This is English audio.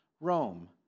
Rome